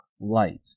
light